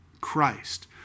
Christ